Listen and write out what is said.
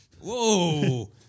Whoa